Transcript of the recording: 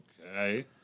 Okay